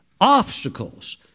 obstacles